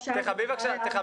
כאן,